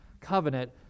covenant